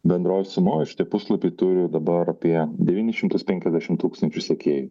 bendroj sumoj šitie puslapiai turi dabar apie devynis šimtus penkiasdešim tūkstančių sekėjų